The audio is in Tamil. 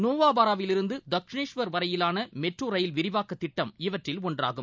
நோவாபாரா விலிருந்து தக்ஷினேஷ்வர் வரையிவான மெட்ரோ ரயில் விரிவாக்க திட்டம் இவற்றில் ஒன்றாகும்